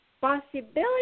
possibility